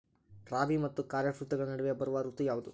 ರಾಬಿ ಮತ್ತು ಖಾರೇಫ್ ಋತುಗಳ ನಡುವೆ ಬರುವ ಋತು ಯಾವುದು?